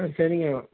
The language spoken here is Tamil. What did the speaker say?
ம் சரிங்க